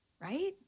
right